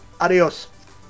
Adios